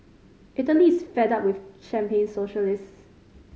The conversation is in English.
Italy is fed up with champagne socialists